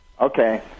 Okay